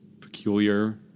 peculiar